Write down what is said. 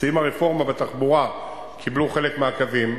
שעם הרפורמה בתחבורה קיבלו חלק מהקווים.